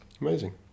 amazing